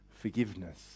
forgiveness